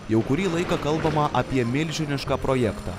jau kurį laiką kalbama apie milžinišką projektą